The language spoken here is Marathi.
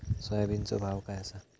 सोयाबीनचो भाव काय आसा?